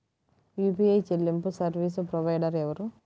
UPI చెల్లింపు service provider ఎవరు?